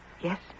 Yes